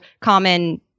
common